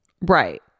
right